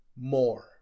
more